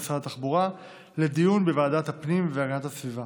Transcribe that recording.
משרד התחבורה לדיון בוועדת הפנים והגנת הסביבה.